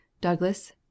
Douglas